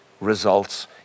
results